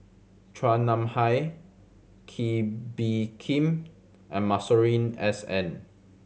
Chua Nam Hai Kee Bee Khim and Masuri S N